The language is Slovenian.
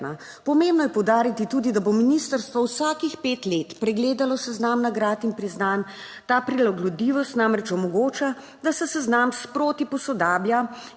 Pomembno je poudariti tudi, da bo ministrstvo vsakih pet let pregledalo seznam nagrad in priznanj. Ta prilagodljivost namreč omogoča, da se seznam sproti posodablja